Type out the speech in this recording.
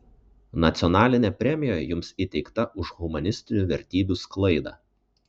nacionalinė premija jums įteikta už humanistinių vertybių sklaidą